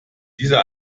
dieser